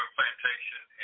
Plantation